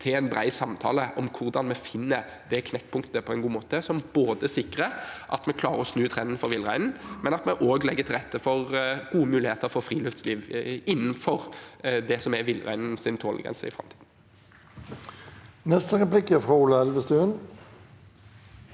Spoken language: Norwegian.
til en bred samtale om hvordan vi finner det knekkpunktet på en god måte – som både sikrer at vi klarer å snu trenden for villreinen, og at vi også legger til rette for gode muligheter for friluftsliv innenfor det som er villreinens tålegrense i framtiden.